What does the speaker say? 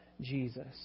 Jesus